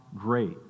great